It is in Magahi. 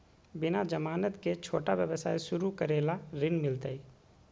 बिना जमानत के, छोटा व्यवसाय शुरू करे ला ऋण मिलतई?